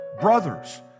brothers